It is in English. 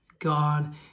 God